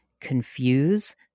confuse